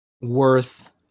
worth